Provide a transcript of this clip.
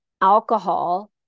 Alcohol